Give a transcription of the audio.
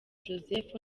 joseph